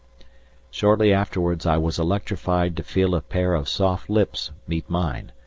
shortly afterwards i was electrified to feel a pair of soft lips meet mine,